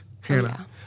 Hannah